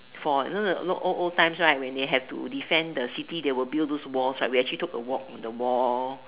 for you know the lot old old times right when they have to defend the city they will build those walls right we actually took a walk on the wall